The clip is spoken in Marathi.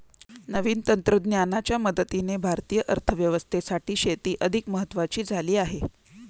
नवीन तंत्रज्ञानाच्या मदतीने भारतीय अर्थव्यवस्थेसाठी शेती अधिक महत्वाची झाली आहे